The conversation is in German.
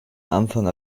anfang